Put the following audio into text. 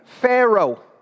Pharaoh